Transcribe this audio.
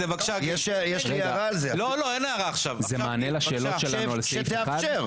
זה מענה לשאלות שלנו על סעיף 1?